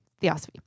Theosophy